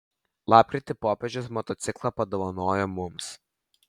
lapkritį popiežius motociklą padovanojo mums